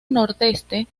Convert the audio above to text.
nordeste